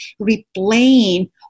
replaying